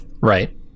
right